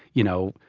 you know,